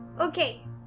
Okay